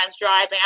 driving